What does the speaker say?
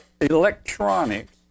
electronics